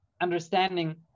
understanding